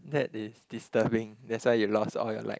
that is disturbing that's why you lost all your like